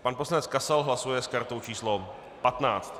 Pan poslanec Kasal hlasuje s kartou číslo 15.